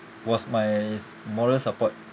was my s~ moral support